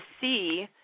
see